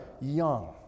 young